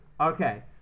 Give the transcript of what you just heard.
Okay